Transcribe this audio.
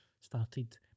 started